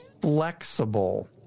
flexible